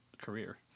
career